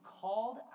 Called